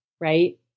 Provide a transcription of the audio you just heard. Right